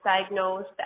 diagnosed